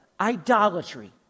idolatry